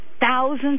thousands